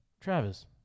Travis